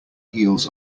heels